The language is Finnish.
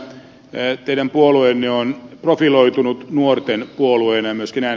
ne teidän puolueenne on profiloitunut nuorten puolueena mystinen